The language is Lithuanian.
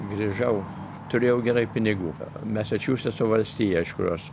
grįžau turėjau gerai pinigų mesečiusetso valstija iš kurios